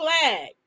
flag